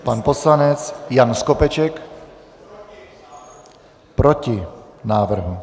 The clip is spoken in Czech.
Pan poslanec Jan Skopeček: Proti návrhu.